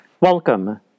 Welcome